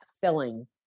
filling